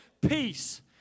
peace